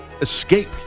escape